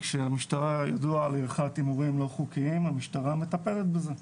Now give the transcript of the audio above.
כשידוע למשטרה על עריכת הימורים לא חוקיים המשטרה מטפלת בזה.